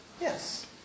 Yes